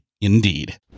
Indeed